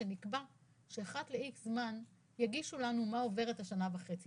שנקבע שאחת ל-X זמן יגישו לנו מה עוברת השנה וחצי.